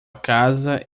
casa